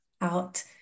out